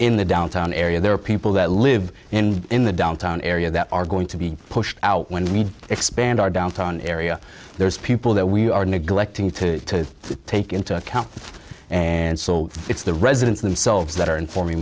in the downtown area there are people that live in the in the downtown area that are going to be pushed out when we expand our downtown area there's people that we are neglecting to take into account and so it's the residents themselves that are in for me